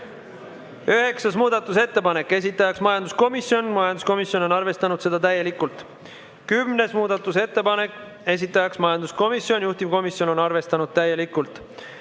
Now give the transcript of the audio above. muudatusettepanek, esitaja on majanduskomisjon, majanduskomisjon on arvestanud seda täielikult. Kümnes muudatusettepanek, esitajaks majanduskomisjon, juhtivkomisjon on arvestanud täielikult.